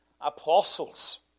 apostles